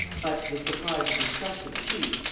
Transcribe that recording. but, to the surprise and disgust of the chief,